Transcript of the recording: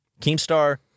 Keemstar